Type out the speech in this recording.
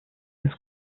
this